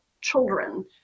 children